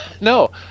No